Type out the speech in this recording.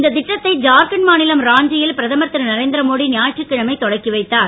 இந்த திட்டத்தை ஜார்க்கண்ட் மாநிலம் ராஞ்சியில் பிரதமர் இருநரேந்திரமோடி ஞாயிற்று கழமை தொடக்கி வைத்தார்